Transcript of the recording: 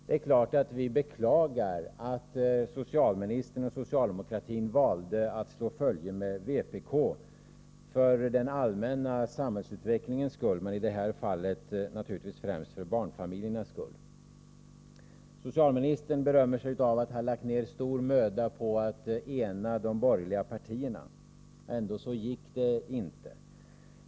Det är klart att vi beklagar att socialministern och socialdemokratin valde att slå följe med vpk. Vi beklagar det för den allmänna samhällsutvecklingens skull, men i det här fallet naturligtvis främst för barnfamiljernas skull. Socialministern berömmer sig av att ha lagt ned stor möda på att ena de borgerliga partierna. Ändå gick det inte!